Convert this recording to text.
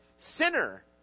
sinner